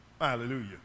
Hallelujah